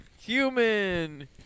Human